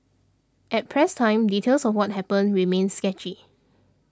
at press time details of what happened remains sketchy